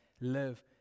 live